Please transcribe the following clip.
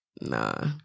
Nah